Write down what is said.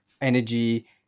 energy